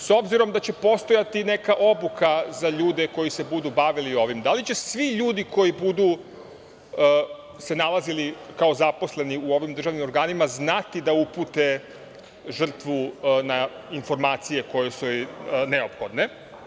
S obzirom da će postojati neka obuka za ljude koji se budu bavili ovim, da li će svi ljudi koji budu se nalazili kao zaposleni u ovim državnim organima znati da upute žrtvu na informacije koje su joj neophodne?